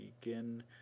begin